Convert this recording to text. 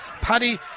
Paddy